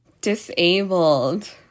Disabled